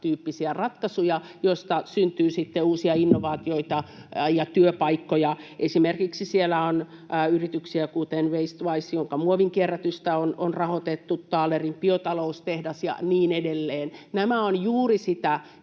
startup-tyyppisiä ratkaisuja, joista syntyy sitten uusia innovaatioita ja työpaikkoja. Siellä on esimerkiksi yrityksiä kuten WasteWise, jonka muovin kierrätystä on rahoitettu, Taalerin biotaloustehdas ja niin edelleen. Nämä ovat juuri sitä